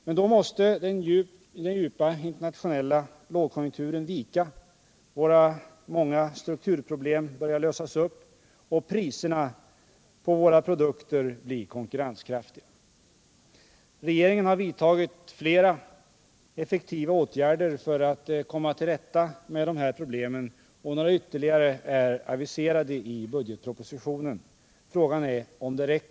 Men då måste den djupa internationella lågkonjunkturen vika, våra många strukturproblem börja lösas upp och priserna på våra produkter bli konkurrenskraftiga. Regeringen har vidtagit flera effektiva åtgärder för att komma till rätta med de här problemen, och några ytterligare är aviserade i budgetpropositionen. Frågan är om det räcker.